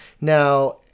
now